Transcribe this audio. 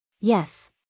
Yes